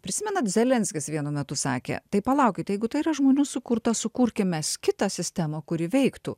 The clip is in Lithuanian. prisimenat zelenskis vienu metu sakė tai palaukit jeigu tai yra žmonių sukurta sukurkim mes kitą sistemą kuri veiktų